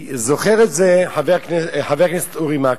וזוכר את זה חבר הכנסת אורי מקלב.